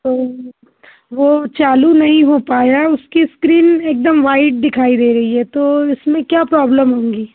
तो वो चालू नहीं हो पाया उसकी स्क्रीन एकदम वाइट दिखाई दे रही है तो इसमें क्या प्रोब्लेम होगी